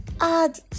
add